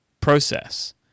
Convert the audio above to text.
process